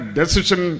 decision